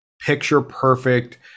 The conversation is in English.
picture-perfect